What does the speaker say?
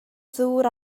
ddŵr